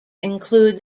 include